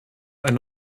eine